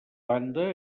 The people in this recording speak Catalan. banda